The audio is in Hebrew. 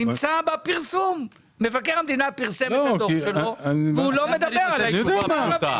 דוח מבקר המדינה לא מדבר על הישובים הערביים.